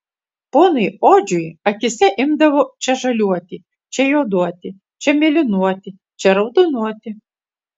ponui odžiui akyse imdavo čia žaliuoti čia juoduoti čia mėlynuoti čia raudonuoti